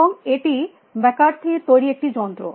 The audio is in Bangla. এবং এটি ম্যাককার্থে র তৈরী একটি যন্ত্র